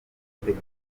abatuye